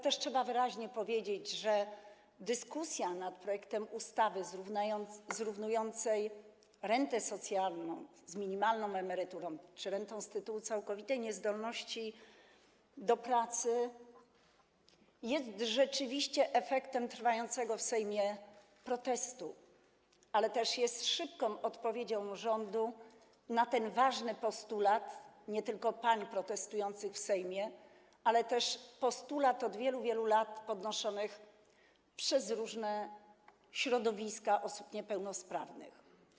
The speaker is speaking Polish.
Trzeba wyraźnie powiedzieć, że dyskusja nad projektem ustawy zrównującej rentę socjalną z minimalną emeryturą czy rentą z tytułu całkowitej niezdolności do pracy jest rzeczywiście efektem trwającego w Sejmie protestu, ale też jest szybką odpowiedzią rządu na ten ważny postulat, nie tylko pań protestujących w Sejmie, ale postulat podnoszony od wielu, wielu lat przez różne środowiska osób niepełnosprawnych.